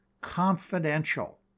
confidential